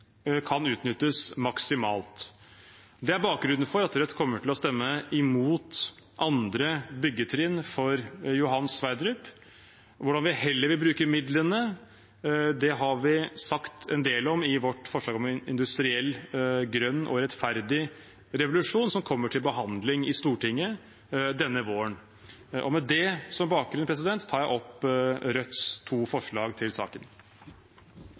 kan utnyttes maksimalt. Det er bakgrunnen for at Rødt kommer til å stemme imot andre byggetrinn for Johan Sverdrup. Hvordan vi heller vil bruke midlene, har vi sagt en del om i vårt forslag om en industriell grønn og rettferdig revolusjon, som kommer til behandling i Stortinget denne våren. Og med det som bakgrunn tar jeg opp Rødts to forslag til saken.